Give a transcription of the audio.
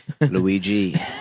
Luigi